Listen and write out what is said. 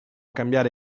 cambiare